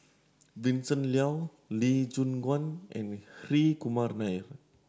Vincent Leow Lee Choon Guan and Hri Kumar Nair